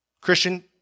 Christian